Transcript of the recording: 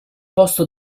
posto